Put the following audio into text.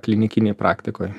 klinikinėj praktikoj